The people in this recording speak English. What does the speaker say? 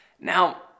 Now